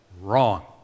Wrong